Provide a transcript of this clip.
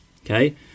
Okay